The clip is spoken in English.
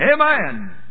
Amen